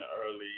early